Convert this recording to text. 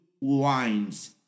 wines